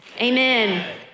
amen